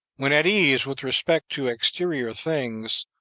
when at ease with respect to exterior things,